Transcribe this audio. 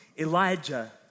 Elijah